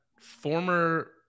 former